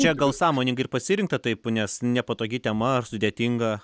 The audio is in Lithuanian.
čia gal sąmoningai ir pasirinkta taip nes nepatogi tema ar sudėtinga